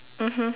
mmhmm